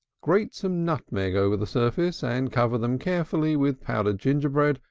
grate some nutmeg over the surface, and cover them carefully with powdered gingerbread,